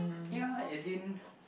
ya as in